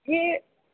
جی